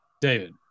David